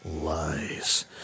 Lies